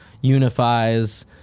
unifies